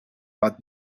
but